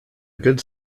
good